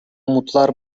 umutlar